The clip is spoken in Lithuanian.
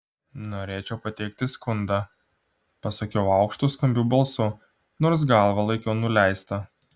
norėčiau pateikti skundą pasakiau aukštu skambiu balsu nors galvą laikiau nuleistą